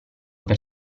per